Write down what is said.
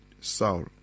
saul